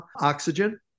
oxygen